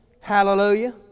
Hallelujah